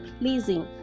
pleasing